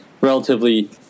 relatively